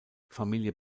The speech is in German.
familie